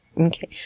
Okay